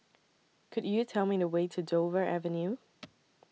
Could YOU Tell Me The Way to Dover Avenue